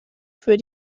für